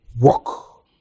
work